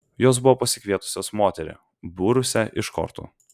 jos buvo pasikvietusios moterį būrusią iš kortų